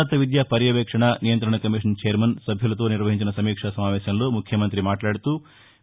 ఉన్నతవిద్య పర్యవేక్షణ నియంత్రణ commission chairman సభ్యులతో నిర్వహించిన సమీక్షా సమావేశంలో ముఖ్యమంత్రి జగన్మోహన్ రెద్ది మాట్లాడుతూ